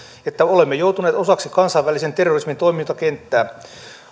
että olemme joutuneet osaksi kansainvälisen terrorismin toimintakenttää